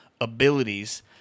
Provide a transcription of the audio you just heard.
abilities